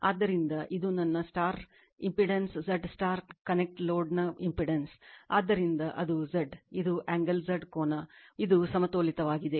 ಆದ್ದರಿಂದ ಇದು ನನ್ನ star impedance Z star connect ಲೋಡ್ನ ಇಂಪೆಡೆನ್ಸ್ ಆದ್ದರಿಂದ ಅದು Z ಇದು angle Z ಕೋನ ಇದು ಸಮತೋಲಿತವಾಗಿದೆ